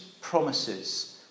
promises